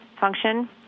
function